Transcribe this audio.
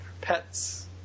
pets